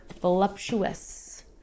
voluptuous